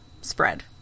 spread